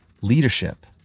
leadership